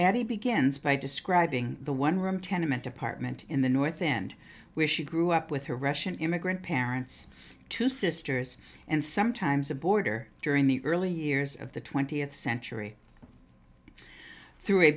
he begins by describing the one room tenement apartment in the north end where she grew up with her russian immigrant parents two sisters and sometimes a border during the early years of the twentieth century through a